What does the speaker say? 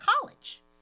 college